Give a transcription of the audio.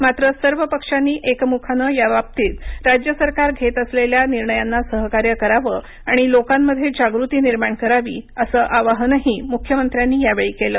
मात्र सर्वपक्षांनी एकमुखानं याबाबतीत राज्य सरकार घेत असलेल्या निर्णयांना सहकार्य करावं आणि लोकांमध्ये जागृती निर्माण करावी असं आवाहनही मुख्यमंत्र्यांनी यावेळी केलं